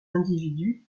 individus